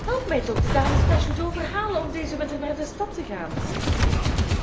help mij toch de dames dashwood overhalen om dezen winter naar de stad te gaan